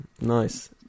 Nice